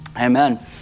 Amen